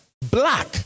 black